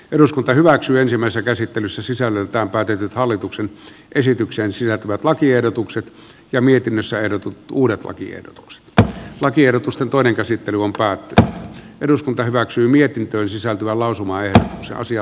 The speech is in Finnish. eduskunta hyväksyy ensimmäistä käsittelyssä sisällöltään päätetyn hallituksen esitykseen sisältyvät lakiehdotukset ja mietinnössä ehdotettu uuden lakiehdotuksen että lakiehdotusta toinen käsittely on päätti eduskunta hyväksyy mietintöön sisältyvää lausumaajen suosio